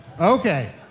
Okay